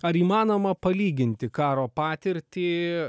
ar įmanoma palyginti karo patirtį